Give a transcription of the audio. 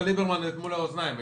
וגם עדיין לא עזרת לעצמאים.